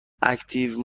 اکتیو